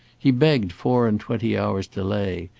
he begged four and twenty hours' delay,